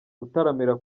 gutaramira